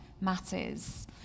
matters